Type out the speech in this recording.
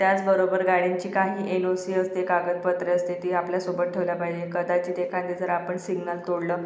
त्याचबरोबर गाडीची काही एल ओ सी असते कागदपत्रं असते ते आपल्यासोबत ठेवला पाहिजे कदाचित एखादे जर आपण सिग्नल तोडलं